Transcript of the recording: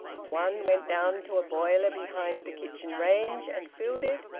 one went down to a boiler behind the kitchen-range and filled it,